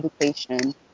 education